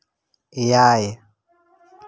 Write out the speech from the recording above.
ᱮᱭᱟᱭ